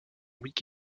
week